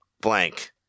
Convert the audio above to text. blank